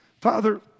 Father